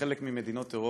בחלק ממדינות אירופה,